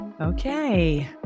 Okay